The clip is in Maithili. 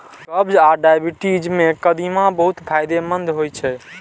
कब्ज आ डायबिटीज मे कदीमा बहुत फायदेमंद होइ छै